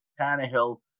Tannehill